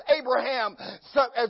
Abraham